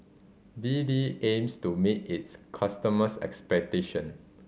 B D aims to meet its customers' expectation